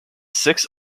six